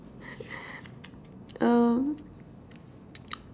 um